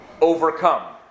overcome